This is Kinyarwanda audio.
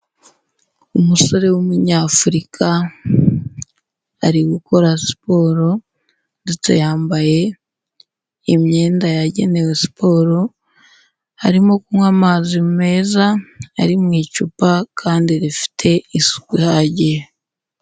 Umusore w'umunyafurika, ari gukora siporo ndetse yambaye imyenda yagenewe siporo, arimo kunywa amazi meza ari mu icupa kandi rifite isuku ihagije.